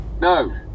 No